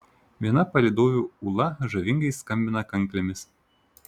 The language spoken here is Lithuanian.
viena palydovių ula žavingai skambina kanklėmis